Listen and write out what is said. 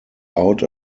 out